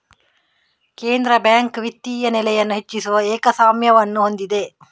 ಕೇಂದ್ರ ಬ್ಯಾಂಕ್ ವಿತ್ತೀಯ ನೆಲೆಯನ್ನು ಹೆಚ್ಚಿಸುವ ಏಕಸ್ವಾಮ್ಯವನ್ನು ಹೊಂದಿದೆ